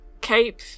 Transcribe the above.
cape